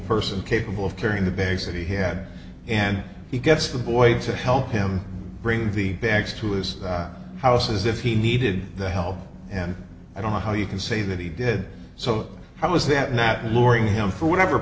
person capable of carrying the bags that he had and he gets the boy to help him bring the bags to his house as if he needed the help and i don't know how you can say that he did so how was that nat luring him for whatever